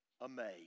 amazed